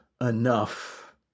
enough